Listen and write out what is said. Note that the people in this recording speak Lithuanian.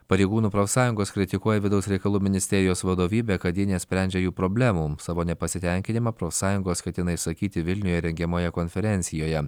pareigūnų profsąjungos kritikuoja vidaus reikalų ministerijos vadovybę kad ji nesprendžia jų problemų savo nepasitenkinimą profsąjungos ketina išsakyti vilniuje rengiamoje konferencijoje